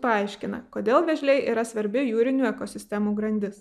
paaiškina kodėl vėžliai yra svarbi jūrinių ekosistemų grandis